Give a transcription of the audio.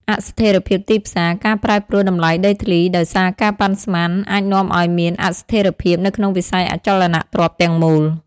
អស្ថិរភាពទីផ្សារ ការប្រែប្រួលតម្លៃដីធ្លីដោយសារការប៉ាន់ស្មាន អាចនាំឲ្យមានអស្ថិរភាពនៅក្នុងវិស័យអចលនទ្រព្យទាំងមូល។